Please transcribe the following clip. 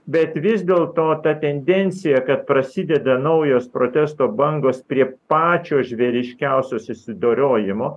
bet vis dėl to ta tendencija kad prasideda naujos protesto bangos prie pačio žvėriškiausio susidorojimo